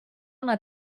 una